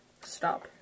Stop